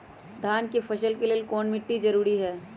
धान के फसल के लेल कौन मिट्टी जरूरी है?